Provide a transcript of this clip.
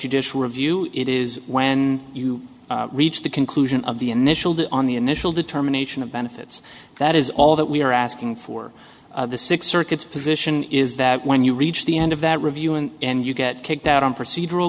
judicial review it is when you reach the conclusion of the initial the on the initial determination of benefits that is all that we are asking for the six circuits position is that when you reach the end of that review and and you get kicked out on procedural